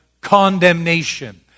Condemnation